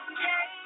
Okay